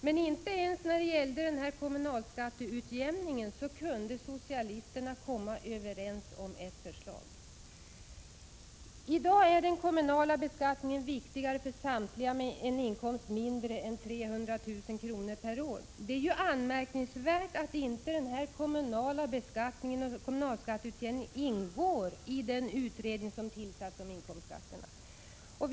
Men inte ens när det gällde kommunalskatteutjämningen kunde socialisterna komma överens om ett förslag. I dag är den kommunala beskattningen viktigare för samtliga med en inkomst som är mindre än 300 000 kr. per år. Det är ju anmärkningsvärt att den kommunala beskattningen och kommunalskatteutjämningen inte ingår i den utredning som tillsatts om inkomstskatterna.